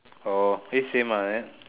orh it seem like that